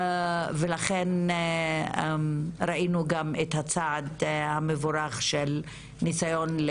ולכן ראינו גם את הצעד המבורך של ניסיון,